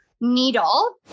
needle